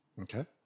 Okay